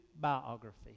biography